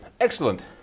Excellent